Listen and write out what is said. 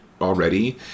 already